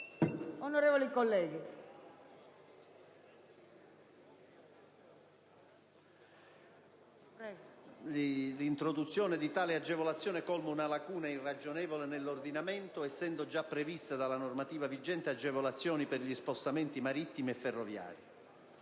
L'introduzione di tale agevolazione colma una lacuna irragionevole nell'ordinamento, essendo già previste dalla normativa vigente agevolazioni per gli spostamenti marittimi e ferroviari.